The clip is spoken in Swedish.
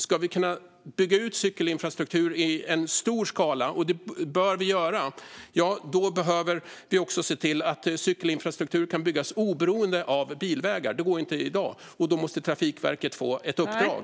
Ska vi kunna bygga ut cykelinfrastruktur i en stor skala, och det bör vi göra, behöver vi också se till att cykelinfrastruktur kan byggas oberoende av bilvägar. Det går inte i dag. Då måste Trafikverket få ett uppdrag.